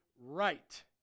right